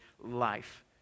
life